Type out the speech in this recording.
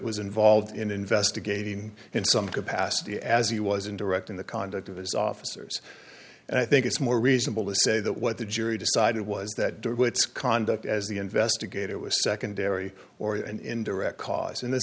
was involved in investigating in some capacity as he was in directing the conduct of his officers and i think it's more reasonable to say that what the jury decided was that it's conduct as the investigator was secondary or and in direct cause and the